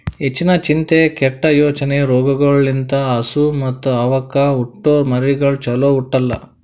ಹೆಚ್ಚಿನ ಚಿಂತೆ, ಕೆಟ್ಟ ಯೋಚನೆ ರೋಗಗೊಳ್ ಲಿಂತ್ ಹಸು ಮತ್ತ್ ಅವಕ್ಕ ಹುಟ್ಟೊ ಮರಿಗಳು ಚೊಲೋ ಹುಟ್ಟಲ್ಲ